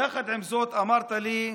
יחד עם זאת, אמרת לי: